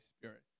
Spirit